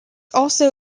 also